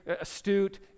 astute